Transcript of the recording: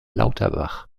lauterbach